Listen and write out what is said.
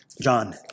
John